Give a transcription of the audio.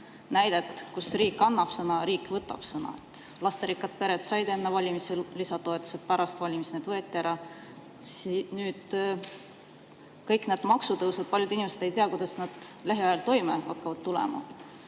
näidet, kus riik annab sõna ja riik võtab sõna. Lasterikkad pered said enne valimisi lisatoetusi, pärast valimisi need võeti ära. Nüüd kõik need maksutõusud – paljud inimesed ei tea, kuidas nad lähiajal toime hakkavad tulema.